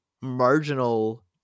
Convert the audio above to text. marginal